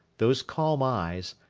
those calm eyes,